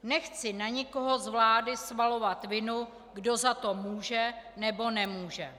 Nechci na někoho z vlády svalovat vinu, kdo za to může, nebo nemůže.